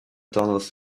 dollars